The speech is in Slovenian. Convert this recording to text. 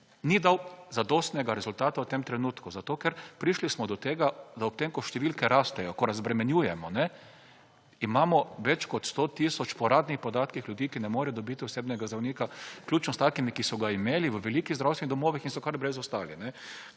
Ni dal zadostnega rezultata v tem trenutku zato ker prišli smo do tega, da ob tem, ko številke rastejo, ko razbremenjujemo, imamo več kot 100 tisoč po uradnih podatkih ljudi, ki ne morejo dobiti osebnega zdravnika, vključno s takimi, ki so ga imeli v velikih zdravstvenih domovih, in so kar brez ostali.